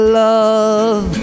love